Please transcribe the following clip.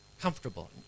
comfortable